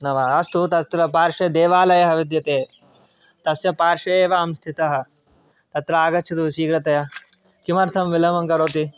न वा अस्तु तत्र पार्श्वे देवालयः विद्यते तस्य पार्श्वे एव अहं स्थितः अत्र आगच्छतु शीघ्रतया किमर्थं विलम्बं करोति